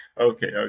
okay